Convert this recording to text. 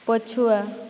ପଛୁଆ